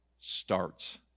starts